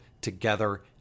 together